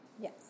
Yes